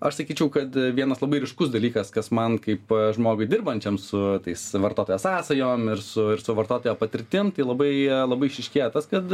aš sakyčiau kad vienas labai ryškus dalykas kas man kaip žmogui dirbančiam su tais vartotojo sąsajom ir su ir su vartotojo patirtim tai labai labai išryškėja tas kad